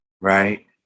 right